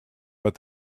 but